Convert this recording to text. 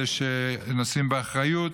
אלה שנושאים באחריות,